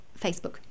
Facebook